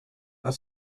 that